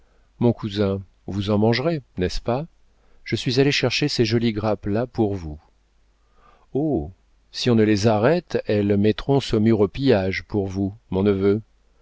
mon cousin vous en mangerez n'est-ce pas je suis allée chercher ces jolies grappes là pour vous oh si on ne les arrête elles mettront saumur au pillage pour vous mon neveu